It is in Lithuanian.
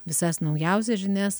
visas naujausias žinias